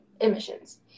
emissions